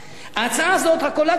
ההצעה הזאת רק עולה כסף,